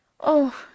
Oh